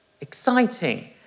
Exciting